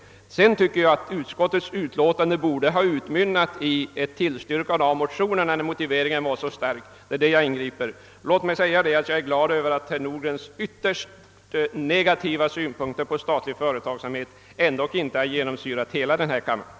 Emellertid tycker jag att utskottets uttalande borde ha utmynnat i ett tillstyrkande av motionerna, när motiveringen var så stark. Det är det jag vill påtala. Låt mig säga att jag är glad över att herr Nordgrens ytterst negativa synpunkter på statlig företagsamhet ändock inte har genomsyrat hela denna kammare.